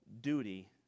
duty